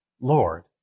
Lord